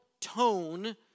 tone